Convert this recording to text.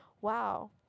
Wow